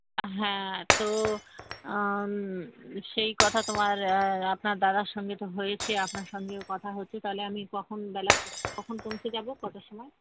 হ্যাঁ তো সেই কথা তোমার আপনার দাদার সঙ্গে তো হয়েছে আপনার সঙ্গেও কথা হচ্ছে তাহলে আমি কখন বেলা ক কখন পৌঁছে যাবো কটার সময়